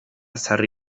sarri